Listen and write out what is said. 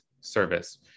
service